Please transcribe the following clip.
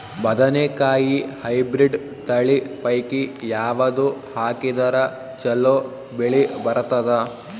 ಬದನೆಕಾಯಿ ಹೈಬ್ರಿಡ್ ತಳಿ ಪೈಕಿ ಯಾವದು ಹಾಕಿದರ ಚಲೋ ಬೆಳಿ ಬರತದ?